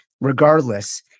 regardless